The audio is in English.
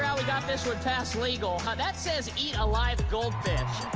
um we got this one past legal. that says eat a live goldfish.